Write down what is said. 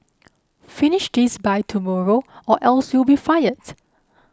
finish this by tomorrow or else you'll be fired